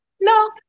No